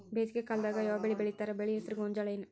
ಬೇಸಿಗೆ ಕಾಲದಾಗ ಯಾವ್ ಬೆಳಿ ಬೆಳಿತಾರ, ಬೆಳಿ ಹೆಸರು ಗೋಂಜಾಳ ಏನ್?